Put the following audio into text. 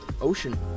ocean